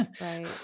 right